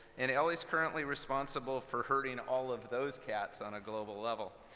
and ellie's currently responsible for herding all of those cats on a global level.